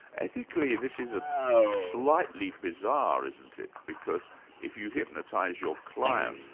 ethically this is ah slightly bizarre, isn't it, because if you hypnotise your client,